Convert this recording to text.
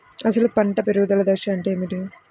అసలు పంట పెరుగుదల దశ అంటే ఏమిటి?